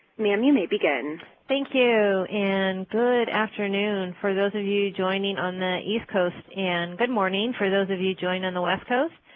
ma'am, you may begin. thank you and good afternoon for those of you joining on the east coast, and good morning for those of you joining on the west coast.